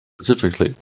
Specifically